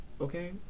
Okay